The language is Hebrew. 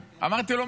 יגידו.